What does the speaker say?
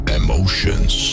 emotions